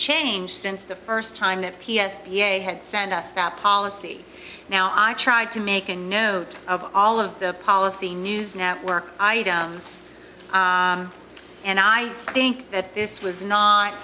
changed since the first time that p s p a had sent us that policy now i tried to make a note of all of the policy news network and i think that this was not